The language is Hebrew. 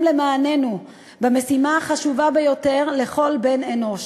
למעננו במשימה החשובה ביותר לכל בן-אנוש,